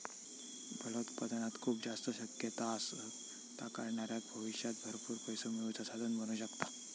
फलोत्पादनात खूप जास्त शक्यता असत, ता करणाऱ्याक भविष्यात भरपूर पैसो मिळवुचा साधन बनू शकता